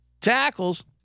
tackles